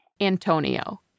Antonio